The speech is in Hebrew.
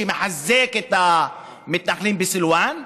שמחזק את המתנחלים בסילוואן,